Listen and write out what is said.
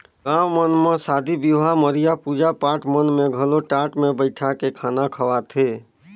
गाँव मन म सादी बिहाव, मरिया, पूजा पाठ मन में घलो टाट मे बइठाके खाना खवाथे